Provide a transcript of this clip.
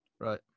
Right